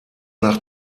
nach